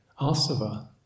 asava